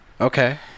Okay